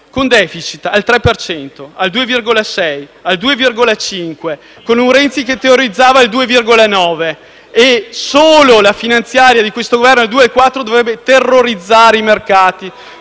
con *deficit* al 3 per cento, al 2,6, al 2,5, con un Renzi che teorizzava il 2,9, e solo la finanziaria di questo Governo al 2,4 dovrebbe terrorizzare i mercati,